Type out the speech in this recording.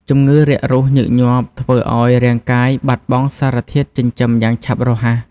ជំងឺរាគរូសញឹកញាប់ធ្វើឱ្យរាងកាយបាត់បង់សារធាតុចិញ្ចឹមយ៉ាងឆាប់រហ័ស។